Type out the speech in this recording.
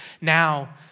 now